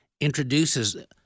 introduces